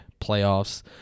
playoffs